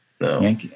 no